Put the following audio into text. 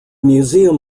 museum